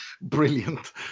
Brilliant